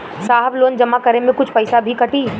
साहब लोन जमा करें में कुछ पैसा भी कटी?